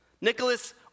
Nicholas